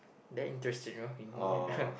that interested you know